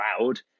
loud